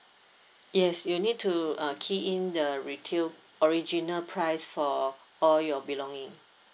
yes you need to do uh key in the retail original price for all your belonging